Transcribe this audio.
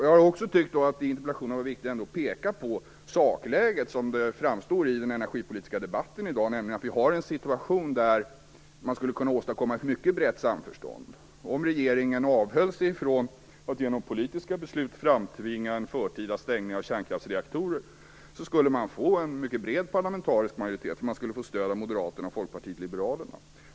Jag har tyckt att det varit viktigt att i interpellationen peka på sakläget som det framstår i den energipolitiska debatten i dag. Vi har en situation där man skulle kunna åstadkomma ett mycket brett samförstånd. Om regeringen avhöll sig ifrån att genom politiska beslut framtvinga en förtida stängning av kärnkraftsreaktorer skulle man få en mycket bred parlamentarisk majoritet och stöd av Moderaterna och Folkpartiet liberalerna.